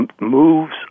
moves